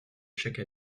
chaque